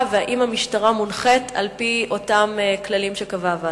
והאם המשטרה מונחית על-פי אותם כללים שקבעה הוועדה.